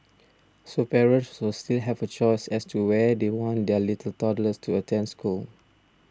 so parents will still have a choice as to where they want their little toddlers to attend school